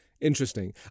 Interesting